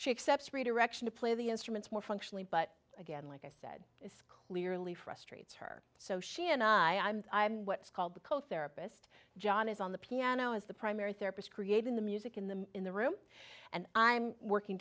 she accepts redirection to play the instruments more functionally but again like i said it's clearly frustrates her so she and i called the co therapist john is on the piano as the primary therapist creating the music in the in the room and i'm working